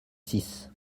six